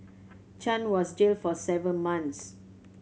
Chan was jailed for seven months